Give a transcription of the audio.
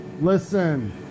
Listen